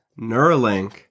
Neuralink